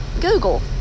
Google